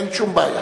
אין שום בעיה.